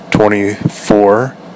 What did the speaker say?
Twenty-four